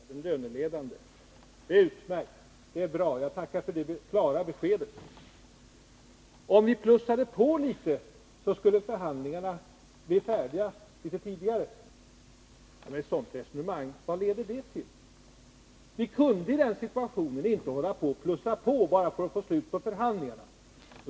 Fru talman! Nu har vi fått besked om vilken sektor som skall vara löneledande. Det är utmärkt, och jag tackar för det klara beskedet. Om vi plussade på litet, skulle förhandlingarna bli färdiga litet tidigare. — Vad leder ett sådant resonemang till? Vi kunde i den föreliggande situationen inte plussa på bara för att få slut på förhandlingarna.